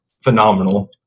phenomenal